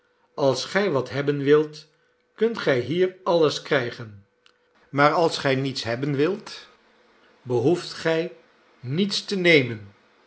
als gij wat hebben wilt kunt gij hier alles krijgen maar als gij niets hebben wilt behoeft gij niets te nemen